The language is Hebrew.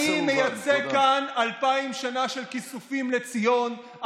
אני מייצג כאן אלפיים שנה של כיסופים לציון,